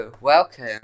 Welcome